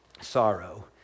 sorrow